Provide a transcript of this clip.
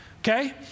Okay